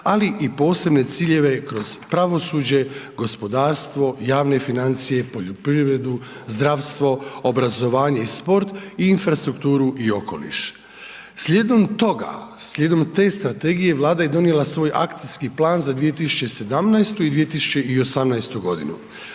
ali i posebne ciljeve kroz pravosuđe, gospodarstvo, javne financije, poljoprivredu, zdravstvo, obrazovanje i sport i infrastrukturu i okoliš. Slijedom toga, slijedom te strategije Vlada je donijela svoj Akcijski plan za 2017. i 2018. godinu.